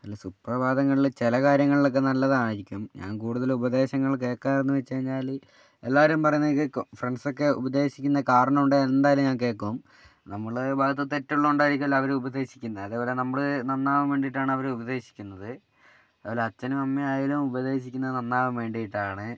അല്ല സുപ്രഭാതങ്ങളിൽ ചില കാര്യങ്ങളിലൊക്കെ നല്ലതായിരിക്കും ഞാൻ കൂടുതൽ ഉപദേശങ്ങൾ കേൾക്കാറെന്നു വച്ചു കഴിഞ്ഞാൽ എല്ലാവരും പറയുന്നത് കേൾക്കും ഫ്രണ്ട്സൊക്കെ ഉപദേശിക്കുന്ന കാരണം ഉണ്ടെങ്കിൽ എന്തായാലും ഞാൻ കേൾക്കും നമ്മളെ ഭാഗത്ത് തെറ്റുള്ളതുകൊണ്ടായിരിക്കുമല്ലോ അവർ ഉപദേശിക്കുന്നത് അതുപോലെ നമ്മൾ നന്നാവാൻ വേണ്ടിയിട്ടാണ് അവർ ഉപദേശിക്കുന്നത് അതുപോലെ അച്ഛനും അമ്മയും ആയാലും ഉപദേശിക്കുന്നത് നന്നാവാൻ വേണ്ടിയിട്ടാണ്